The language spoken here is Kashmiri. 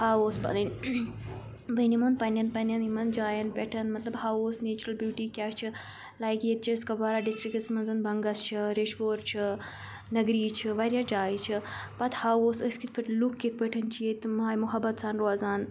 ہاوس پَنٕنۍ وۄنۍ یِمن پَنٕنٮ۪ن پَنٕنٮ۪ن یِمن جاین پٮ۪ٹھ مطلب ہاو اوس نیچرل بیوٗٹی کیاہ چھُ لایک ییٚتہِ چھِ أسۍ کپوارہ ڈِسٹرکس منٛز بنگس چھِ ریشوور چھِ نگری چھِ واریاہ جایہِ چھِ پتہٕ ہاوس أسۍ کتھ پٲٹھۍ لُکھ کِتھ پٲٹھۍ چھِ ییٚتہِ ماے مُحبت سان روزان